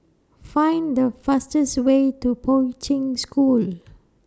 Find The fastest Way to Poi Ching School